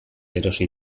erosi